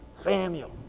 Samuel